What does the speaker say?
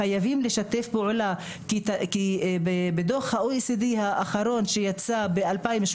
חייבים לשתף פעולה כי בדוח ה-OECD האחרון שיצא ב-2018